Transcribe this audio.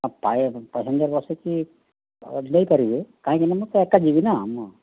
ହଁ ପେସେଞ୍ଜର୍ ବସେଇକି ଯାଇପାରିବେ କାହିଁକିନା ମୁଁ ତ ଏକା ଯିବି ନା ମୁଁ